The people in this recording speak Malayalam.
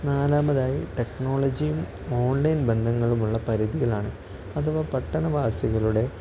നാലാമതായി ടെക്നോളജിയും ഓൺലൈൻ ബന്ധങ്ങളുമുള്ള പരിധികളാണ് അഥവാ പട്ടണവാസികളുടെ